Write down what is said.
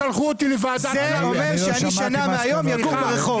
זה אומר שבעוד שנה מהיום אני אגור ברחוב.